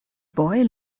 boy